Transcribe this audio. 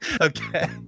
Okay